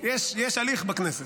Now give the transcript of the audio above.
יש הליך בכנסת.